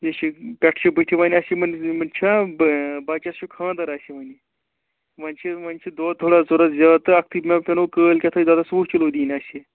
یہِ چھِ پٮ۪ٹھٕ چھِ بُتھِ وۅنۍ اَسہِ یِمَن یِم چھِناہ بَچَس چھُ خانٛدَر اَسہِ وۅنۍ وۅنۍ چھِ وۅنۍ چھِ دۄد تھوڑا ضروٗرت زیادٕ تہٕ اَکھتُے ما پٮ۪نَو کٲلۍکٮ۪تھ اَسہِ دۄدَس وُہ کِلوٗ دِنۍ اَسہِ